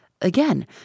Again